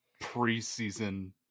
preseason